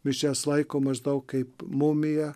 mišias laiko maždaug kaip mumija